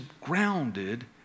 grounded